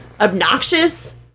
obnoxious